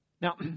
Now